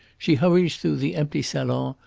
she hurries through the empty salon,